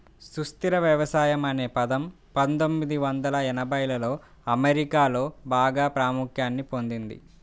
సుస్థిర వ్యవసాయం అనే పదం పందొమ్మిది వందల ఎనభైలలో అమెరికాలో బాగా ప్రాముఖ్యాన్ని పొందింది